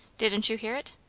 didn't you hear it?